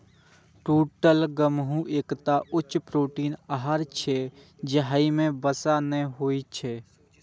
टूटल गहूम एकटा उच्च प्रोटीन आहार छियै, जाहि मे वसा नै होइ छै